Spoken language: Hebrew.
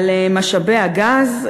על משאבי הגז.